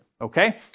Okay